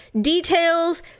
details